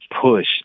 push